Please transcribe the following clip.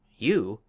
you!